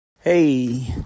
Hey